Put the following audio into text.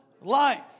life